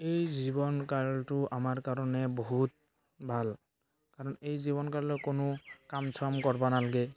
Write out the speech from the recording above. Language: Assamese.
এই জীৱন কালটো আমাৰ কাৰণে বহুত ভাল কাৰণ এই জীৱন কালত কোনো কাম চাম কৰিব নালগে